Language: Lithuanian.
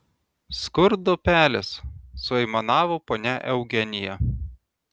skurdo pelės suaimanavo ponia eugenija